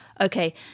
okay